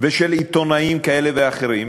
ושל עיתונאים כאלה ואחרים